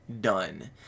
done